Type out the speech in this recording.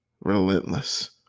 Relentless